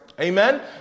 Amen